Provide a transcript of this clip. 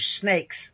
snakes